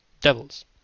Devils